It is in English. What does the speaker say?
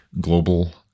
global